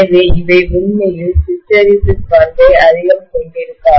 எனவே அவை உண்மையில் ஹிஸ்டெரெசிஸ் பண்பை அதிகம் கொண்டிருக்காது